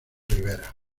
rivera